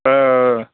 آ آ